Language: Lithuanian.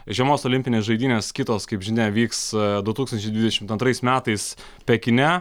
žiemos olimpinės žaidynės kitos kaip žinia vyks du tūkstančiai dvidešimt antrais metais pekine